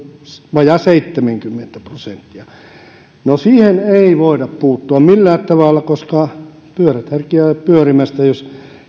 vajaat seitsemänkymmentä prosenttia no siihen ei voida puuttua millään tavalla koska pyörät herkeävät pyörimästä jos